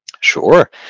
Sure